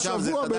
עכשיו, השבוע.